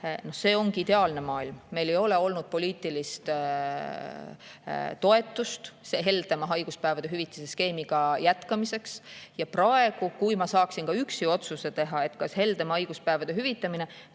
see ongi ideaalne maailm. Meil ei ole olnud poliitilist toetust heldema haiguspäevade hüvitise skeemiga jätkamiseks. Praegu, kui ma saaksin ka üksi otsuse teha [ja valida], kas heldem haiguspäevade hüvitamine